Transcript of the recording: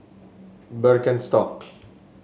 birkenstock